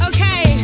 Okay